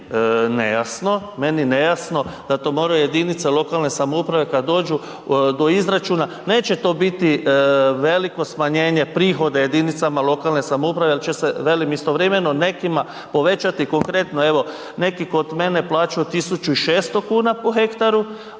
nejasno, meni nejasno da to moraju jedinice lokalne samouprave kad dođu do izračuna, neće to biti veliko smanjenje prihoda jedinicama lokalne samouprave jel će se velim nekima povećati, konkretno evo neki kod mene plaćaju 1.600,00 kn po hektaru,